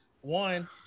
One